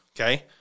okay